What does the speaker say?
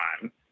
time